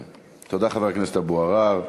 תודה, חבר הכנסת אבו עראר.